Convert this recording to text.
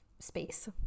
space